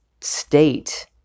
state